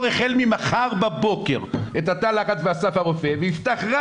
החל ממחר בבוקר את תא הלחץ באסף הרופא ויפתח רק